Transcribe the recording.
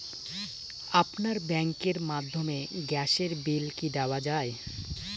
আপনার ব্যাংকের মাধ্যমে গ্যাসের বিল কি দেওয়া য়ায়?